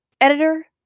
editor